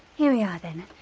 here we are then.